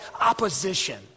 opposition